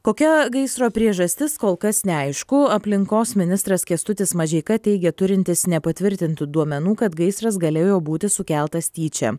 kokia gaisro priežastis kol kas neaišku aplinkos ministras kęstutis mažeika teigė turintis nepatvirtintų duomenų kad gaisras galėjo būti sukeltas tyčia